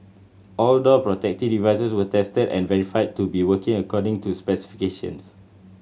all door protective devices were tested and verified to be working according to specifications